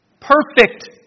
perfect